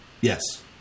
yes